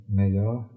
melhor